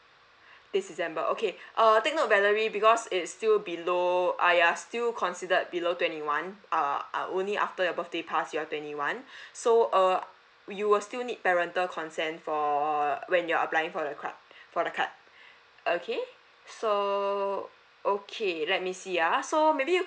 this december okay I'll take note valerie because it's still below uh ya still considered below twenty one err err only after birthday passed your twenty one so err we will still need parental consent for when you're applying for the card for the card okay so okay let me see ah so maybe you